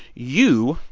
you,